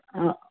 ಹಾಂ